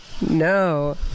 No